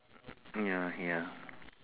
ya ya